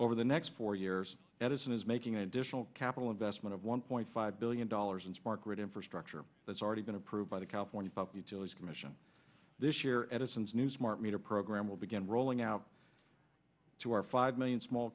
over the next four years edison is making additional capital investment of one point five billion dollars in smart grid infrastructure that's already been approved by the california public utilities commission this year edison's new smart meter program will begin rolling out to our five million small